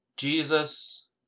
Jesus